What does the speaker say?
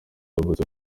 yavutse